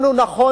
נכון,